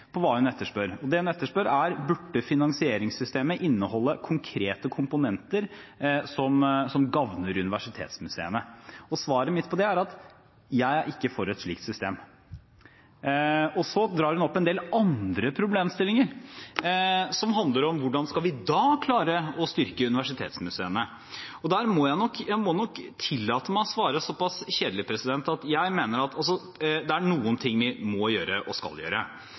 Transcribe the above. på hva hun etterspør. Det hun etterspør, er: Burde finansieringssystemet inneholde konkrete komponenter som gagner universitetsmuseene? Svaret mitt på det er at jeg er ikke for et slikt system. Så drar hun opp en del andre problemstillinger som handler om hvordan vi da skal klare å styrke universitetsmuseene. Jeg må nok tillate meg å svare så pass kjedelig: Det er noe vi må gjøre og skal gjøre. Som jeg sa, gir vi ekstra midler og